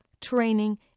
training